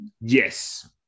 Yes